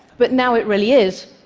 but now it really is,